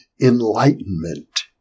Enlightenment